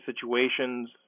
situations